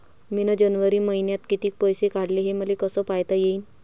मिन जनवरी मईन्यात कितीक पैसे काढले, हे मले कस पायता येईन?